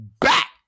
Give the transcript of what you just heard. back